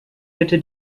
bitte